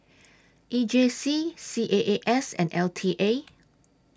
E J C C A A S and L T A